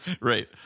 Right